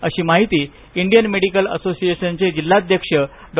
अशी माहिती Indian medical असोसिएशनचे जिल्हाध्यक्ष डॉ